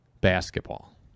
basketball